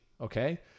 okay